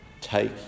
take